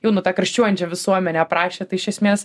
jau nu tą karščiuojančią visuomenę aprašė tai iš esmės